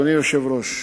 אדוני היושב-ראש,